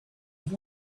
have